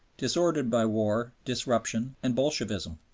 disordered by war, disruption, and bolshevism.